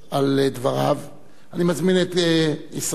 אני מזמין את ישראל חסון, אחרון הדוברים.